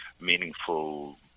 meaningful